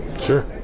Sure